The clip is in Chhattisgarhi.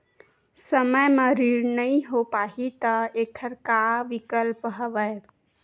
समय म ऋण नइ हो पाहि त एखर का विकल्प हवय?